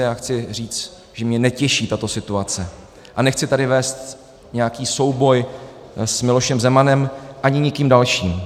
Já chci říct, že mě netěší tato situace, a nechci tady vést nějaký souboj s Milošem Zemanem ani nikým dalším.